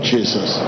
Jesus